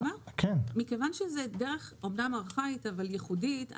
מכיוון שזו דרך אומנם ארכאית, אבל ייחודית.